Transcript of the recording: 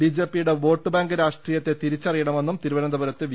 ബിജെപിയുടെ vote bank രാഷ്ട്രീയത്തെ തിരിച്ചറിയണമെന്നും തിരുവനന്തപുരത്ത് വി